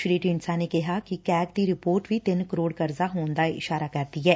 ਸ੍ਰੀ ਢੀਂਡਸਾ ਨੇ ਕਿਹਾ ਕਿ ਕੈਗ ਦੀ ਰਿਪੋਰਟ ਵੀ ਤਿੰਨ ਕਰੋੜ ਕਰਜ਼ਾ ਹੋਣ ਵਲ ਇਸ਼ਾਰਾ ਕਰਦੀ ਐ